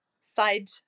side